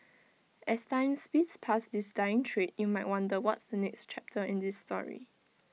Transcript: as time speeds past this dying trade you might wonder what's the next chapter in this story